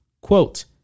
Quote